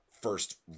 first